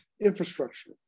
infrastructure